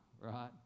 right